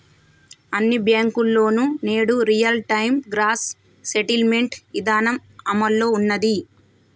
అన్ని బ్యేంకుల్లోనూ నేడు రియల్ టైం గ్రాస్ సెటిల్మెంట్ ఇదానం అమల్లో ఉన్నాది